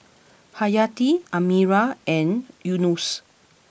Hayati Amirah and Yunos